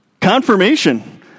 Confirmation